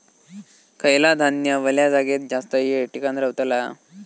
खयला धान्य वल्या जागेत जास्त येळ टिकान रवतला?